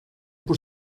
por